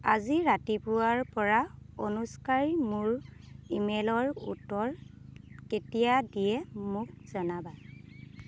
আজি ৰাতিপুৱাৰ পৰা অনুস্কাই মোৰ ই মেইলৰ উত্তৰ কেতিয়া দিয়ে মোক জনাবা